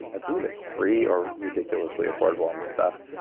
i believe it's free, or ridiculously affordable on this stuff.